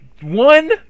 One